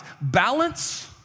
Balance